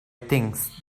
things